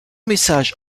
message